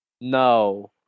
No